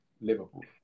Liverpool